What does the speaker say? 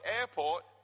airport